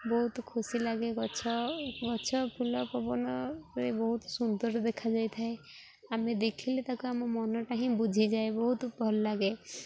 ବହୁତ ଖୁସି ଲାଗେ ଗଛ ଗଛ ଫୁଲ ପବନରେ ବହୁତ ସୁନ୍ଦର ଦେଖାଯାଇଥାଏ ଆମେ ଦେଖିଲେ ତାକୁ ଆମ ମନଟା ହିଁ ବୁଝିଯାଏ ବହୁତ ଭଲ ଲାଗେ